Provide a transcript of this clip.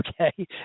Okay